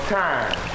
time